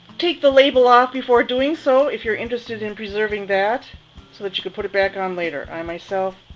take the label off before doing so if you're interested in preserving that so that you can put it back on later. i myself